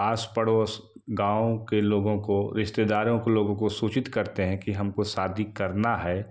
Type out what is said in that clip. आस पड़ोस गाँव के लोगों को रिश्तेदारों को लोगों को सूचित करते हैं कि हमको शादी करना है